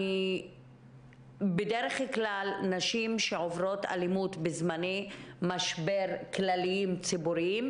בדרך כלל נשים שעוברות אלימות בזמני משבר כלליים ציבוריים,